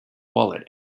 wallet